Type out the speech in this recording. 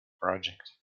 project